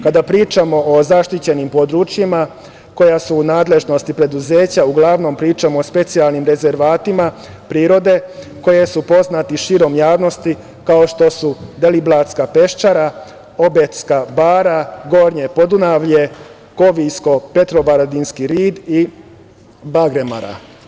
Kada pričamo o zaštićenim područjima koja su u nadležnosti preduzeća, uglavnom pričamo o specijalnim rezervatima prirode koji su poznati široj javnosti, kao što su Deliblatska peščara, Obedska bara, Gornje podunavlje, Koviljsko- Petrovaradinski rit i Bagremara.